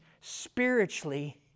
spiritually